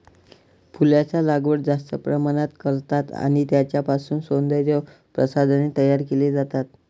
फुलांचा लागवड जास्त प्रमाणात करतात आणि त्यांच्यापासून सौंदर्य प्रसाधने तयार केली जातात